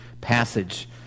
passage